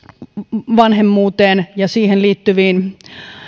vanhemmuuteen ja siihen liittyviin